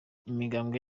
imigambwe